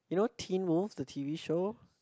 you know Teen Wolf the T_V show